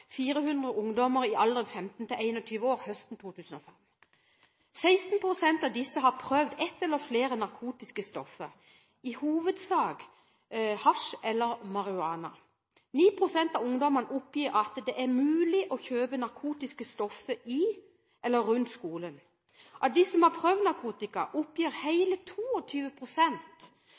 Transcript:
400 ungdommer i alderen 15–21 år høsten 2005. 16 pst. av disse har prøvd ett eller flere narkotiske stoff, i hovedsak hasj eller marihuana. 9 pst. av ungdommene oppgir at det er mulig å kjøpe narkotiske stoff i eller rundt skolen. Av dem som har prøvd narkotika, oppgir hele